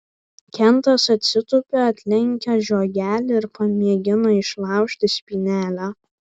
kentas atsitūpia atlenkia žiogelį ir pamėgina išlaužti spynelę